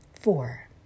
Four